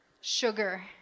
sugar